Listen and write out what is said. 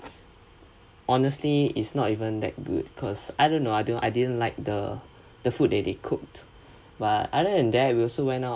honestly it's not even that good cause I don't know I don't I didn't like the the food they cooked but other than that we also went out